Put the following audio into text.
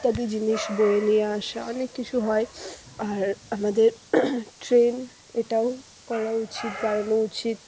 ইত্যাদি জিনিস বয়ে নিয়ে আসা অনেক কিছু হয় আর আমাদের ট্রেন এটাও করা উচিত বাড়ানো উচিত